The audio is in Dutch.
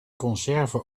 conserven